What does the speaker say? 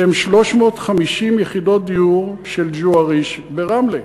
שהם 350 יחידות דיור, של ג'ואריש ברמלה.